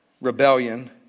rebellion